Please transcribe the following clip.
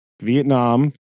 Vietnam